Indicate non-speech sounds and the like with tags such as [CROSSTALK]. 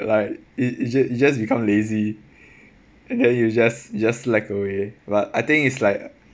like it it just it just become lazy [BREATH] and then you just just slack away but I think it's like